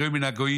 הרעו מן הגויים.